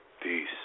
Peace